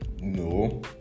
No